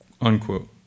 unquote